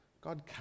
God